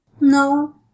No